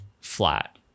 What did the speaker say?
flat